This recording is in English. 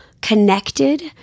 connected